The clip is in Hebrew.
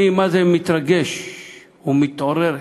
אני מה-זה מתרגש ומתעורר,